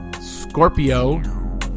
Scorpio